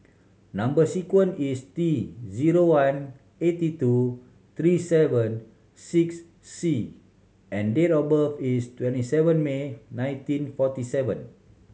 number sequence is T zero one eighty two three seven six C and date of birth is twenty seven May nineteen forty seven